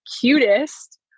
cutest